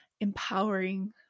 empowering